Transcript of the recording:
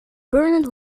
bernard